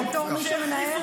לא לא לא, זה מפריע.